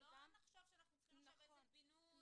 שלא נחשוב שאנחנו צריכים עכשיו איזה בינוי.